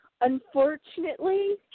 Unfortunately